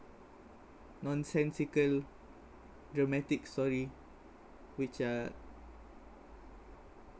nonsensical dramatic story which uh